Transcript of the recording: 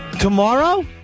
Tomorrow